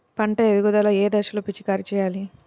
పంట ఎదుగుదల ఏ దశలో పిచికారీ చేయాలి?